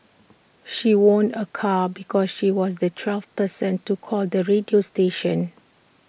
she won A car because she was the twelfth person to call the radio station